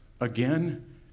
again